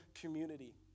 community